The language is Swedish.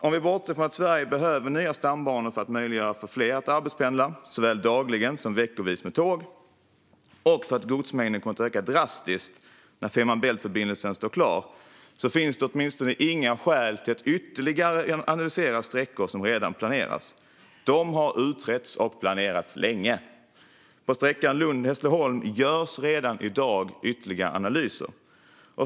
Om vi bortser från att Sverige behöver nya stambanor för att möjliggöra för fler att arbetspendla, såväl dagligen som veckovis med tåg, och för att godsmängden kommer att öka drastiskt när Fehmarn Bält-förbindelsen står klar, finns det åtminstone inga skäl till att ytterligare analysera sträckor som redan planeras. De har utretts och planerats länge. På sträckan Lund-Hässleholm görs redan i dag ytterligare analyser.